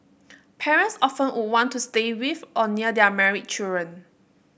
parents often would want to stay with or near their married children